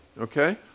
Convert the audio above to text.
okay